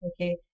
Okay